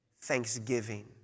Thanksgiving